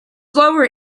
lower